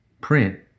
Print